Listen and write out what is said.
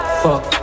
fuck